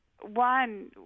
one